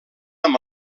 amb